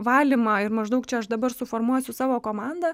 valymą ir maždaug čia aš dabar suformuosiu savo komandą